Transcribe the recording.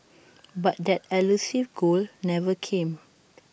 but that elusive goal never came